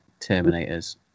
Terminators